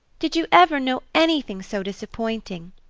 did you ever know anything so disappointing?